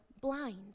blind